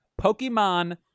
Pokemon